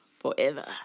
Forever